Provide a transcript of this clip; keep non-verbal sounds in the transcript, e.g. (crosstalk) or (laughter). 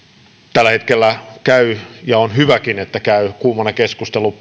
tällä hetkellä käy ja on hyväkin että käy kuumana keskustelu (unintelligible)